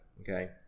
Okay